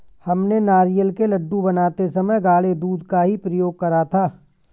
हमने नारियल के लड्डू बनाते समय गाढ़े दूध का ही प्रयोग करा था